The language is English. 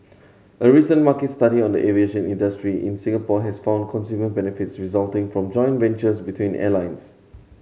a recent market study on the aviation industry in Singapore has found consumer benefits resulting from joint ventures between airlines